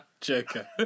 Joker